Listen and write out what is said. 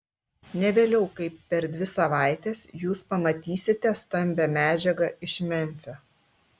ne vėliau kaip per dvi savaites jūs pamatysite stambią medžiagą iš memfio